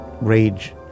rage